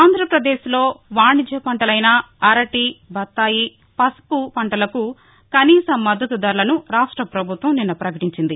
ఆంధ్రాప్రదేశ్లో వాణిజ్యపంటలైన అరటి బత్తాయి పసుపు పంటలకు కనీస మద్దతు ధరలను రాష్ట పభుత్వం నిన్న ప్రకటించింది